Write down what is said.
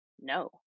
No